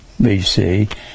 BC